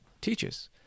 teaches